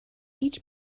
each